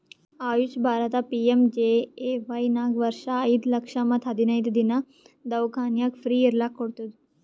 AYUSH Bharat PMJAY ನಾಗ್ ವರ್ಷ ಐಯ್ದ ಲಕ್ಷ ಮತ್ ಹದಿನೈದು ದಿನಾ ದವ್ಖಾನ್ಯಾಗ್ ಫ್ರೀ ಇರ್ಲಕ್ ಕೋಡ್ತುದ್